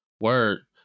word